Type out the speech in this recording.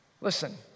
Listen